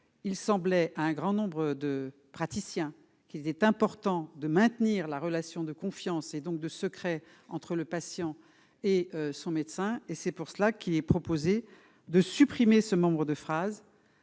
il semblait un grand nombre de praticiens qu'il était important de maintenir la relation de confiance et donc de secret entre le patient et son médecin et c'est pour cela qu'il est proposé de supprimer ce membre de phrase